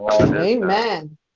Amen